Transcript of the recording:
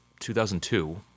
2002